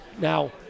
Now